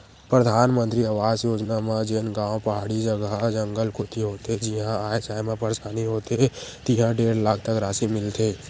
परधानमंतरी आवास योजना म जेन गाँव पहाड़ी जघा, जंगल कोती होथे जिहां आए जाए म परसानी होथे तिहां डेढ़ लाख तक रासि मिलथे